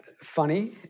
funny